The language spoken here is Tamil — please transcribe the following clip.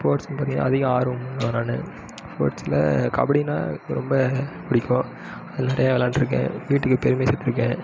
ஸ்போட்ஸுக்குனு தனியாக அதிகம் ஆர்வம் உள்ளவன் நான் ஸ்போட்ஸில் கபடினா எனக்கு ரொம்ப பிடிக்கும் அது நிறைய வெளையாண்டுருக்கேன் வீட்டுக்கு பெருமை சேத்திருக்கேன்